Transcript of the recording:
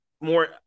more